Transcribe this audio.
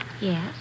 Yes